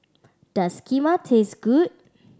does Kheema taste good